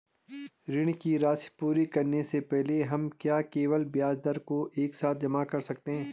ऋण की राशि पूरी करने से पहले हम क्या केवल ब्याज दर को एक साथ जमा कर सकते हैं?